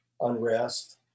unrest